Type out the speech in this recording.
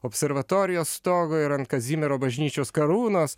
observatorijos stogo ir ant kazimiero bažnyčios karūnos